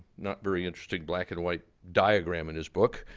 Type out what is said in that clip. not very interesting, black and white diagram in his book.